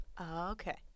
Okay